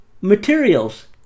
Materials